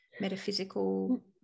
metaphysical